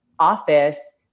office